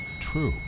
True